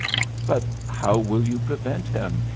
but how will you prevent him,